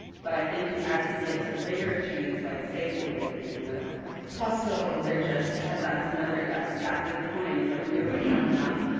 but i think as we get to the bigger chains like safeway, and costco, they're just tired. that's another that's exactly the point is like we already have enough.